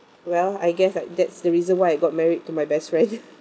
well I guess like that's the reason why I got married to my best friend